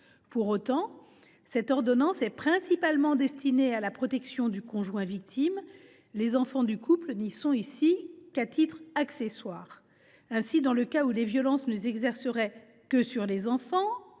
Pour autant, cet outil est principalement destiné à la protection du conjoint victime, les enfants du couple n’étant alors concernés qu’à titre accessoire. Ainsi, dans le cas où les violences ne s’exerceraient que sur les enfants,